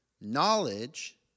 knowledge